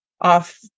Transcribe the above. off